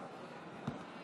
חברי